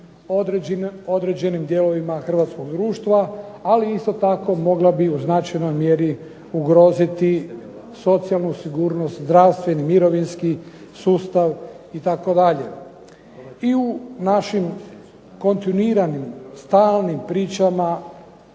određenim dijelovima Hrvatskog društva ali isto tako mogla bi u značajnoj mjeri ugroziti socijalnu sigurnost, zdravstveni, mirovinski sustav itd. I u našim kontinuiranim stalnim pričama